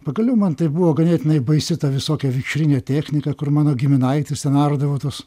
pagaliau man tai buvo ganėtinai baisi ta visokia vikšrinė technika kur mano giminaitis ten ardavo tuos